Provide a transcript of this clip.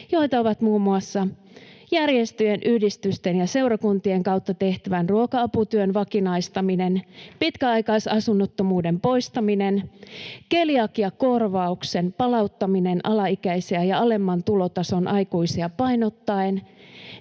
joita ovat muun muassa järjestöjen, yhdistysten ja seurakuntien kautta tehtävän ruoka-aputyön vakinaistaminen, pitkäaikaisasunnottomuuden poistaminen, keliakiakorvauksen palauttaminen alaikäisiä ja alemman tulotason aikuisia painottaen